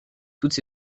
toutes